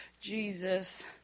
Jesus